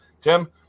Tim